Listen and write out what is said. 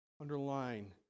underline